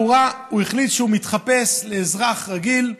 והוא החליט שהוא יתחפש לאזרח רגיל,